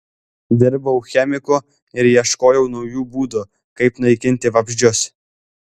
dirbau chemiku ir ieškojau naujų būdų kaip naikinti vabzdžius